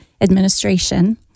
Administration